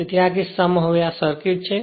તેથી આ કિસ્સામાં હવે આ સર્કિટછે